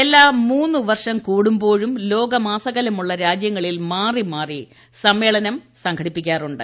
എല്ലാ മൂന്ന് വർഷവം കൂടുമ്പോഴും ലോകമാസകലമുള്ള രാജ്യങ്ങളിൽ മാറി മാറി സമ്മേളനം സംഘടിപ്പിക്കാറുണ്ട്